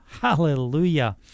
Hallelujah